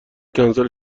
کنسل